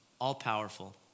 all-powerful